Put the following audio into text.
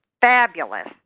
fabulous